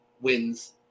wins